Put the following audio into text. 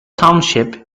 township